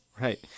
right